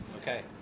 Okay